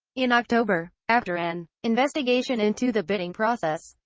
in october, after an investigation into the bidding process,